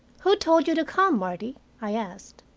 who told you to come, martie? i asked.